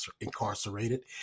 incarcerated